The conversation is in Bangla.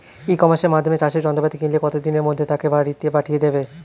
ই কমার্সের মাধ্যমে চাষের যন্ত্রপাতি কিনলে কত দিনের মধ্যে তাকে বাড়ীতে পাঠিয়ে দেবে?